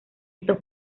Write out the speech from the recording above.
estos